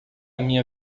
minha